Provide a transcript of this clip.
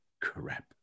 Crap